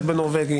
הכנסת.